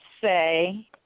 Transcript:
say